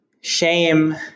shame